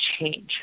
change